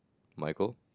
Michael